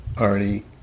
already